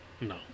No